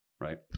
right